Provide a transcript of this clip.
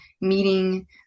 meeting